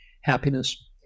happiness